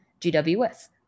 GWS